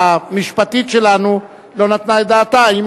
שהמחלקה המשפטית שלנו לא נתנה את דעתה עליה,